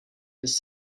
his